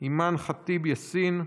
אימאן ח'טיב יאסין,